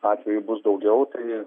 atvejų bus daugiau tai